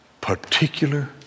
particular